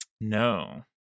No